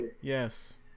Yes